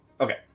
Okay